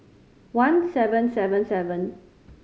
one seven seven seven